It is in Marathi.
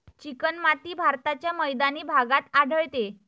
चिकणमाती भारताच्या मैदानी भागात आढळते